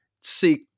seek